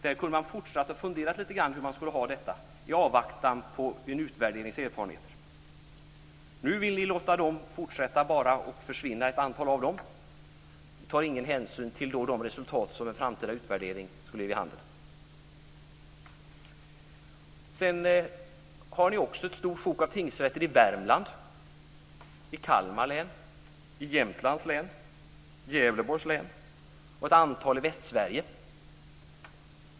Där kunde man ha fortsatt att fundera, i avvaktan på erfarenheterna efter utvärderingen. Nu vill ni låta ett antal av dem försvinna. Ni tar ingen hänsyn till det resultat en framtida utvärdering skulle ge vid handen. Ert förslag gäller också ett stort sjok med tingsrätter i Värmland, i Kalmar län, Jämtlands län, Gävleborgs län och ett antal i Västsverige.